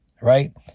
right